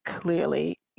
clearly